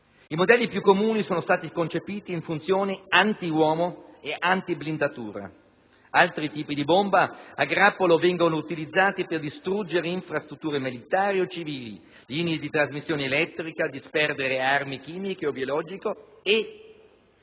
I modelli più comuni sono stati concepiti in funzione antiuomo e antiblindatura. Altri tipi di bomba a grappolo vengono utilizzati per distruggere infrastrutture militari o civili, linee di trasmissione elettrica, disperdere armi chimiche o biologiche e